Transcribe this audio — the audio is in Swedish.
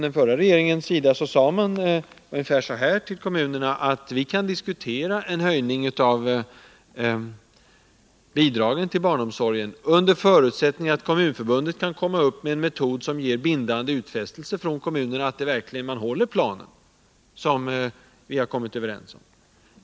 Den förra regeringen sade ungefär så här till kommunerna, att man kunde diskutera en höjning av bidragen till barnomsorgen, under förutsättning att Kommunförbundet kunde komma upp med en metod som innebar bindande utfästelser från kommunerna att verkligen följa den plan som man hade kommit överens om.